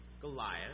Goliath